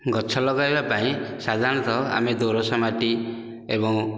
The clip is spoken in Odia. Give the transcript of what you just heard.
ଗଛ ଲଗାଇବା ପାଇଁ ସାଧାରଣତଃ ଆମେ ଦୋରସ ମାଟି ଏବଂ